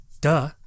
Duh